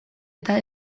eta